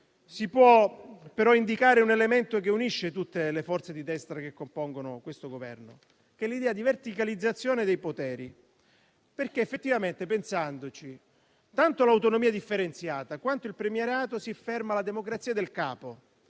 si può però indicare un elemento che unisce tutte le forze di destra che compongono questo Governo, e cioè l'idea di verticalizzazione dei poteri. Effettivamente, pensandoci, tanto con l'autonomia differenziata quanto con il premierato si afferma la democrazia del capo,